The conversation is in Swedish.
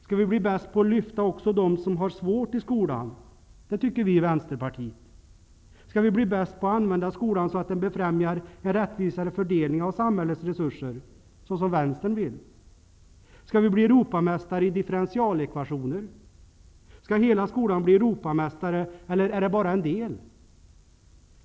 Skall vi bli bäst på att lyfta också dem som har det svårt i skolan? Det tycker vi i Vänsterpartiet! Skall vi bli bäst på att använda skolan så att den befrämjar en rättvisare fördelning av samhällets resurser, såsom vänstern vill? Skall vi bli Europamästare i differentialekvationer? Skall hela skolan bli Europamästare, eller bara en del?